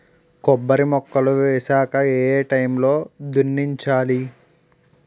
కొబ్బరి మొక్కలు వేసాక ఏ ఏ టైమ్ లో దున్నించాలి?